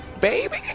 baby